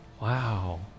Wow